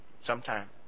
sometime